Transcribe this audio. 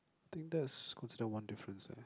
think that's considered one difference eh